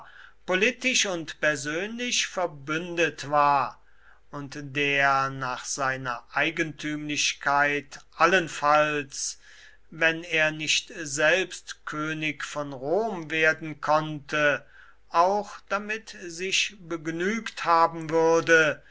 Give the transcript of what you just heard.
politisch und persönlich verbündet war und der nach seiner eigentümlichkeit allenfalls wenn er nicht selbst könig von rom werden konnte auch damit sich begnügt haben würde